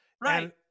Right